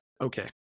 okay